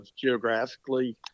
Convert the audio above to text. geographically